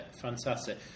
fantastic